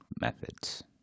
methods